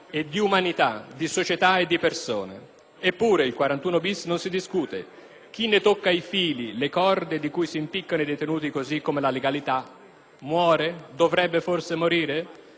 Eppure, il 41 bis non si discute. Chi ne tocca i fili, le corde cui si impiccano detenuti così come la legalità, muore? Questa estate,» - nell'estate del 2002, appunto